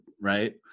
right